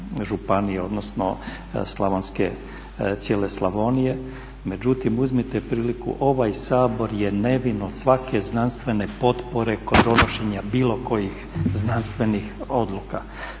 odnosno cijele Slavonije. Međutim, ovaj Sabor je nevin od svake znanstvene potpore kod donošenja bilo kojih znanstvenih odluka.